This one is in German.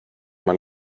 man